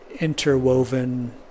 interwoven